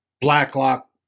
Blacklock